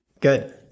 Good